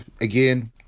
again